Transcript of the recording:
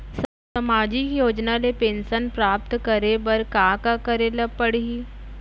सामाजिक योजना ले पेंशन प्राप्त करे बर का का करे ल पड़ही?